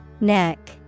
Neck